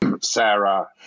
Sarah